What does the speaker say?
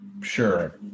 sure